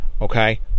okay